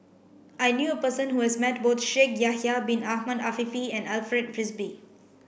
I knew a person who has met both Shaikh Yahya bin Ahmed Afifi and Alfred Frisby